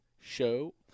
Show